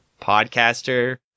podcaster